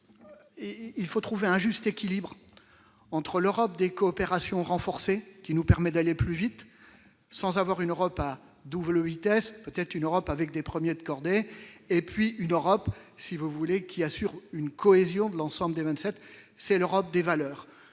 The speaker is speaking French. il faut trouver un juste équilibre entre l'Europe des coopérations renforcées, qui nous permet d'aller plus vite, sans avoir une Europe à double vitesse, peut-être une Europe avec des premiers de cordée et puis une Europe si vous voulez qui assurent une cohésion de l'ensemble des 27 c'est l'Europe des valeurs